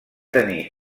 tenir